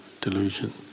delusion